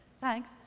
Thanks